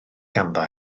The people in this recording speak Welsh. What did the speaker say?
ganddo